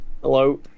Hello